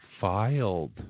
filed